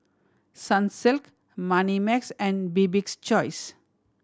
Sunsilk Moneymax and Bibik's Choice